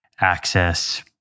access